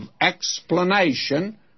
explanation